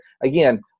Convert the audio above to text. Again